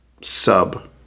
sub